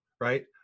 right